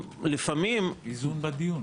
איזון בדיון.